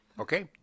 Okay